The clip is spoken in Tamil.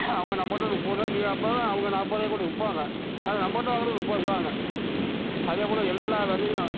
அவங்க நம்மகிட்ட முப்பது ரூபாய்க்கு கேட்போம் அவங்க நாற்பது ரூபாய்க்கு கூட விற்பாங்க ஆனால் நம்மகிட்ட வாங்கினது முப்பதுதாங்க அதேப்போல் எல்லா விதையும்